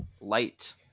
Light